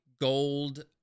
gold